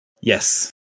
Yes